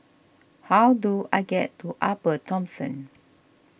how do I get to Upper Thomson